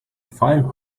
five